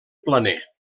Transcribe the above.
planer